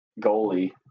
goalie